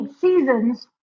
seasons